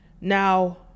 Now